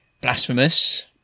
blasphemous